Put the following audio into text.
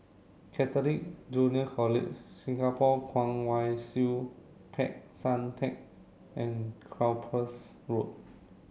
Catholic Junior College Singapore Kwong Wai Siew Peck San Theng and Cyprus Road